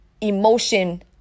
emotion